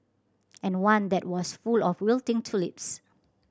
and one that was full of wilting tulips